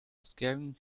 scaring